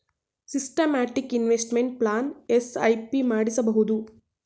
systematic investment plan SIP ಮಾಡಿಸಬಹುದು